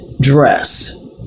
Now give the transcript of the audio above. dress